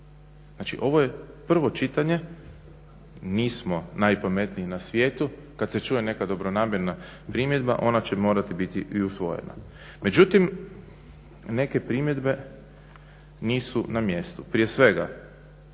Znači, ovo je prvo čitanje, nismo najpametniji na svijetu. Kad se čuje neka dobronamjerna primjedba ona će morati biti i usvojena. Međutim, neke primjedbe nisu na mjestu. Prije svega